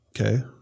Okay